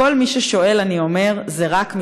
לכל מי ששואל אני אומר: זה רק מסיגריות.